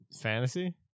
Fantasy